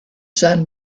sun